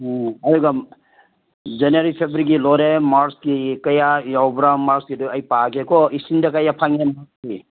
ꯎꯝ ꯑꯗꯨꯒ ꯖꯅꯋꯥꯔꯤ ꯐꯦꯕ꯭ꯋꯥꯔꯤꯒꯤ ꯂꯣꯏꯔꯦ ꯃꯥꯔꯆꯀꯤ ꯀꯌꯥ ꯌꯥꯎꯕ꯭ꯔꯥ ꯃꯥꯔꯆꯀꯤꯗꯨ ꯑꯩ ꯄꯥꯒꯦꯀꯣ ꯏꯁꯤꯡꯗ ꯀꯌꯥ ꯐꯪꯉꯦ ꯃꯥꯔꯆꯀꯤ